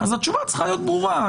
השורה צריכה להיות ברורה.